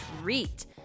treat